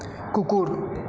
কুকুর